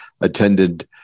attended